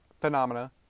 phenomena